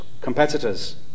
competitors